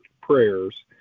prayers